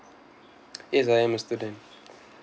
yes I am a student